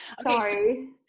Sorry